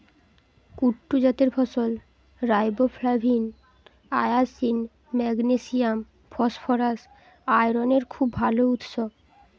কুট্টু জাতের ফসল riboflavin, niacin, magnesium, phosphorus, আয়রনের খুব ভাল উৎস